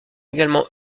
également